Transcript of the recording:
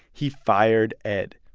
he fired ed.